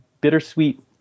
bittersweet